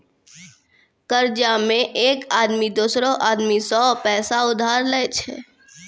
कर्जा मे एक आदमी दोसरो आदमी सं पैसा उधार लेय छै